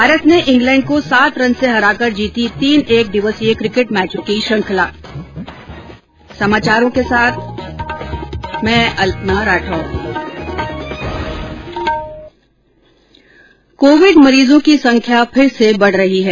भारत ने इंग्लैंड को सात रन से हराकर जीती तीन एकदिवसीय किकेट मैचों की श्रृंखला कोविड मरीजों की संख्या फिर से बढ़ रही है